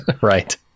Right